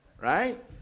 right